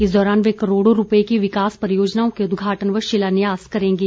इस दौरान वे करोड़ों रुपये की विकास परियोजनाओं के उदघाटन व शिलान्यास करेंगे